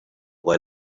they